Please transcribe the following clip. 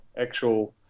actual